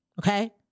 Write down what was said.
Okay